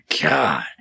God